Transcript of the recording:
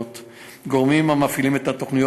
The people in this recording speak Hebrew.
גורמים המפעילים את התוכנית